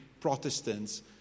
Protestants